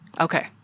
Okay